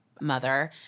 mother